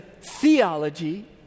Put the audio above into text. theology